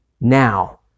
Now